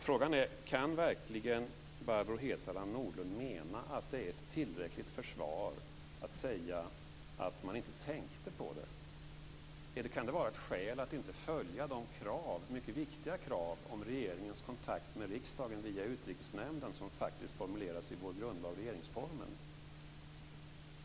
Frågan är: Kan verkligen Barbro Hietala Nordlund mena att det är ett tillräckligt försvar att säg att man inte tänkte på det? Kan det vara ett skäl att inte följa de krav, de mycket viktiga krav, om regeringens kontakt med riksdagen via Utrikesnämnden som faktiskt formuleras i vår grundlag regeringsformen?